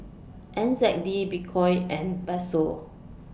N Z D Bitcoin and Peso